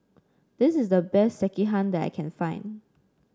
this is the best Sekihan that I can find